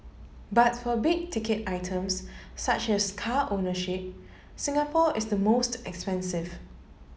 but for big ticket items such as car ownership Singapore is the most expensive